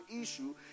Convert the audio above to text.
issue